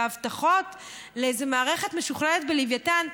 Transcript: וההבטחות לאיזו מערכת משוכללת בלווייתן,